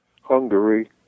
Hungary